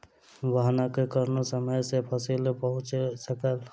वाहनक कारणेँ समय सॅ फसिल पहुँच सकल